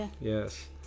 Yes